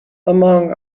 among